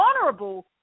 vulnerable